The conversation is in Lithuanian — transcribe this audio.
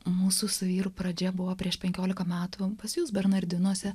mūsų su vyru pradžia buvo prieš penkiolika metų pas jus bernardinuose